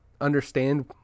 understand